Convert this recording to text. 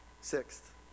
Sixth